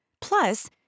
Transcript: Plus